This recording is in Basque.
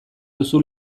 duzu